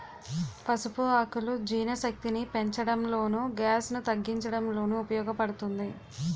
పసుపు ఆకులు జీర్ణశక్తిని పెంచడంలోను, గ్యాస్ ను తగ్గించడంలోనూ ఉపయోగ పడుతుంది